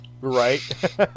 Right